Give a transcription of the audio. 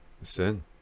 Sin